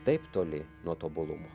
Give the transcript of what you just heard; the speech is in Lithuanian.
taip toli nuo tobulumo